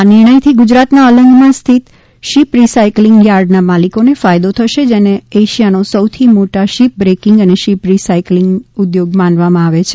આ નિર્ણયથી ગુજરાતના અલંગમાં સ્થિત શિપ રીસાયકલીંગ યાર્ડના માલિકોને ફાયદો થશે જેને એશિયાના સૌથી મોટા શિપ બ્રેકીંગ અને શિપ રીસાયકલીંગ ઉદ્યોગ માનવામાં આવે છે